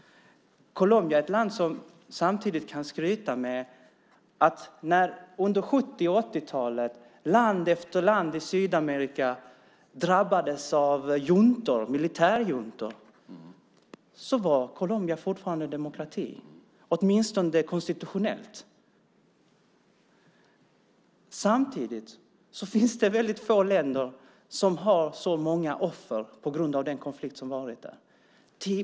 Colombia är också ett land som kan skryta med att det, när land efter land i Sydamerika på 70 och 80-talen drabbades av militärjuntor, fortfarande var en demokrati, åtminstone konstitutionellt. Samtidigt finns det få länder där så många fallit offer för den konflikt som pågått.